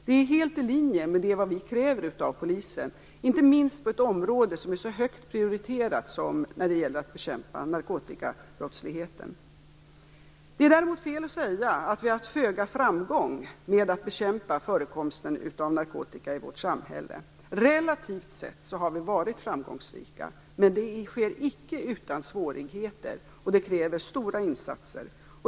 Det är helt i linje med det vi kräver av polisen, inte minst på ett område som är så högt prioriterat som bekämpningen av narkotikabrottsligheten. Det är däremot fel att säga att vi har haft föga framgång med att bekämpa förekomsten av narkotika i vårt samhälle. Relativt sett har vi varit framgångsrika, men det sker icke utan svårigheter, och det kräver stora insatser.